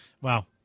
Wow